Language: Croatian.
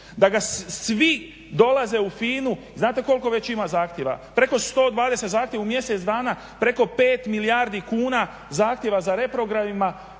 dešava? Svi dolaze u FINA-u, znate koliko već ima zahtjeva, preko 120 zahtjeva u mjesec dana, preko 5 milijardi kuna zahtjeva za reprogramima